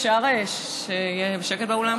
אפשר שיהיה שקט באולם?